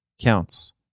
counts